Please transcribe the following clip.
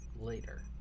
later